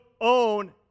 own